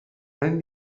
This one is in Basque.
hain